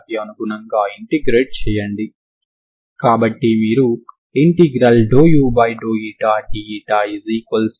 kinetic energy మరియు potential energy ల మొత్తం స్థిరాంకం అవుతుందని మనకు తెలుసు